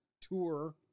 tour